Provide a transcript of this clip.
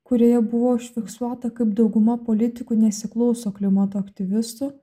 kurioje buvo užfiksuota kaip dauguma politikų nesiklauso klimato aktyvistų